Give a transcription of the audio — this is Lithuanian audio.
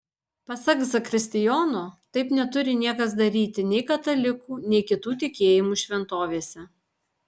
pasak zakristijono taip neturi niekas daryti nei katalikų nei kitų tikėjimų šventovėse